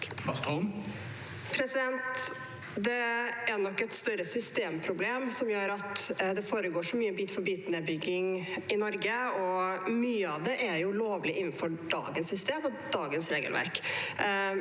Det er nok et større systemproblem som gjør at det foregår så mye bit-for-bit-nedbygging i Norge, og mye av det er lovlig innenfor dagens system og dagens regelverk.